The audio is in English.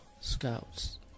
Scouts